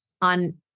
on